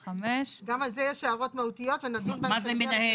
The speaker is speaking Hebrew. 5(א)(1);" גם על זה יש הערות מהותיות ונדון על זה.